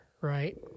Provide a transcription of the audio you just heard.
right